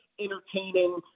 entertaining